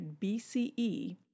BCE